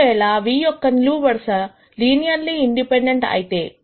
ఒకవేళ v యొక్క నిలువు వరుసలు లినియర్లీ ఇండిపెండెంట్ అయితే